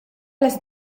las